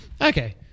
Okay